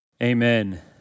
Amen